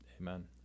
Amen